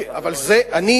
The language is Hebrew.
אני אומר לך, זה לא יהיה.